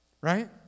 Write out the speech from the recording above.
Right